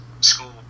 school